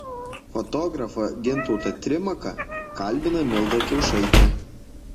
fotografą gintautą trimaką kalbina milda kiaušaitė